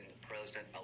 president